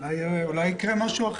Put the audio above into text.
הרווחה והבריאות.